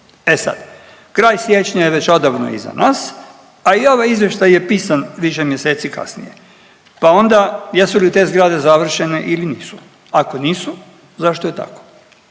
E sad, kraj siječnja je već odavno iza nas, a i ovaj izvještaj je pisan više mjeseci kasnije pa onda jesu li te zgrade završene ili nisu. Ako nisu zašto je tako